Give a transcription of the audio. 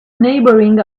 neighboring